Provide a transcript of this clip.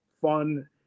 fun